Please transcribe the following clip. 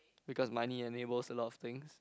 because money enables a lot of things